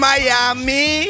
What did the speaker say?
Miami